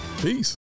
Peace